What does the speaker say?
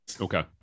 Okay